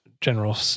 general